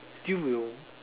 still will